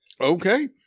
Okay